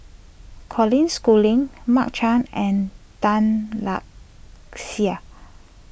Colin Schooling Mark Chan and Tan Lark Sye